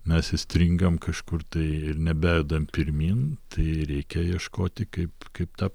mes įstringam kažkur tai ir nebejudam pirmyn tai reikia ieškoti kaip kaip tą